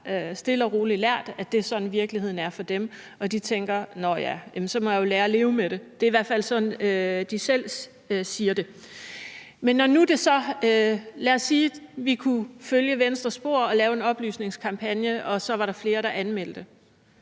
at det er sådan, virkeligheden er for dem, og de tænker: Nå ja, så må jeg jo lære at leve med det. Det er i hvert fald det, de selv siger. Lad os sige, at vi kunne følge Venstres spor og lave en oplysningskampagne, og at der så var flere, der anmeldte.